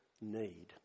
need